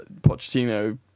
Pochettino